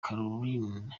carolina